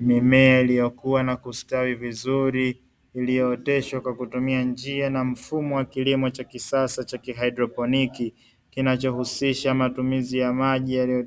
Mimea iliyokuwa na kustawi vizuri, iliyooteshwa kwa kutumia njia na mfumo wa kilimo cha kisasa cha kihydroponiki, kinachohusisha matumizi ya